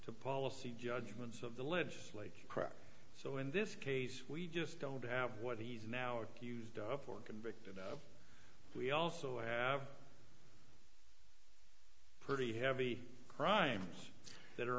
to policy judgments of the legislature crap so in this case we just don't have what he's now accused up or convicted of we also have pretty heavy crimes that are